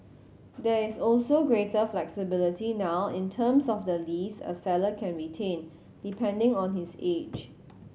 there is also greater flexibility now in terms of the lease a seller can retain depending on his age